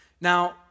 Now